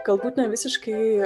galbūt nevisiškai